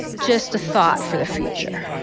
just a thought for the future